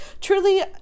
truly